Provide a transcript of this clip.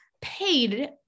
paid